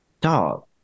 dog